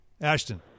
Ashton